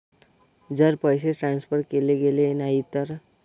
जर पैसे ट्रान्सफर केले गेले नाही तर?